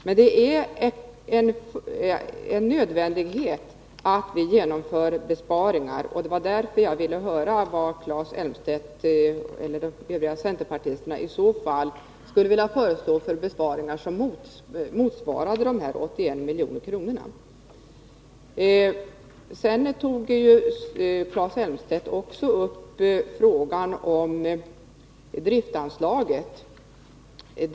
Men det är en nödvändighet att vi genomför besparingar, och det var därför jag ville höra vad Claes Elmstedt eller övriga centerpartister i så fall skulle vilja föreslå för besparingar som motsvarade de 81 miljonerna. Claes Elmstedt tog också tidigare upp frågan om driftanslaget.